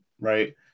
right